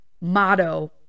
motto